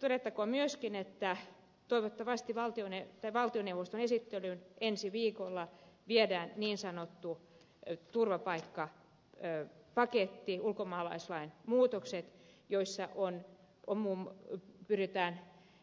todettakoon myöskin että toivottavasti valtioneuvoston esittelyyn ensi viikolla viedään niin sanottu turvapaikkapaketti ulkomaalaislain muutokset joissa pyritään